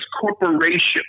Corporation